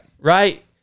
Right